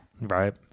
Right